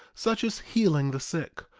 such as healing the sick,